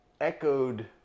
echoed